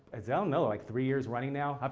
as you all know, like three years running now,